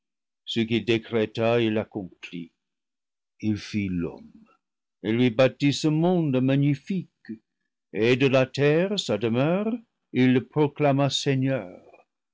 ce qu'il décréta il l'accomplit il fit l'homme et lui bâtit ce monde magnifique et de la terre sa demeure il le proclama seigneur